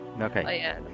okay